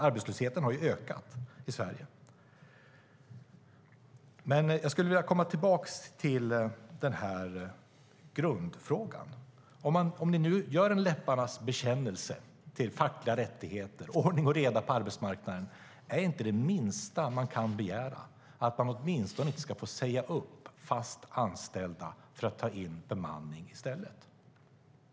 Arbetslösheten har faktiskt ökat i Sverige. Jag skulle vilja komma tillbaka till grundfrågan. Om ni nu gör en läpparnas bekännelse till fackliga rättigheter och ordning och reda på arbetsmarknaden, är då inte det minsta man kan begära att man inte ska få säga upp fast anställda för att ta in bemanning i stället?